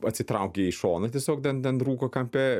atsitraukė į šoną tiesiog ten ten rūko kampe